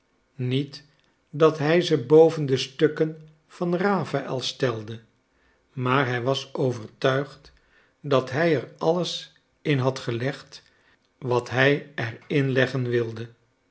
niet dat hij ze boven de stukken van raphaël stelde maar hij was overtuigd dat hij er alles in had gelegd wat hij er in leggen wilde